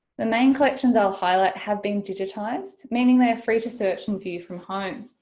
the main collections i'll highlight have been digitized, meaning they're free to search and view from home.